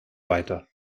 weiter